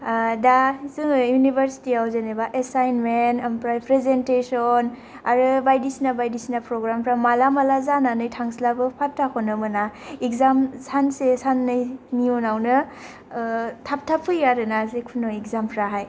दा जोङो इउनिभारसिटिआव जेनेबा एसाइनमेन ओमफ्राय फ्रेजेनतेसन आरो बायदिसिना बायदिसिना फग्रामफ्रा माला माला जानानै थांस्लाबो फाथ्थाखौनो मोना इकजाम सानसे साननैनि उनावनो थाब थाब फैयो आरो ना जिखुनु इकजामफ्राहाय